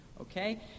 Okay